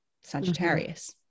Sagittarius